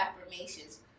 affirmations